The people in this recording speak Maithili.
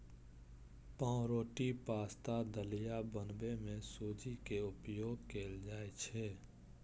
पावरोटी, पाश्ता, दलिया बनबै मे सूजी के उपयोग कैल जाइ छै